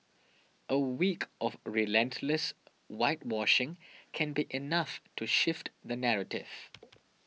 a week of relentless whitewashing can be enough to shift the narrative